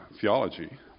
theology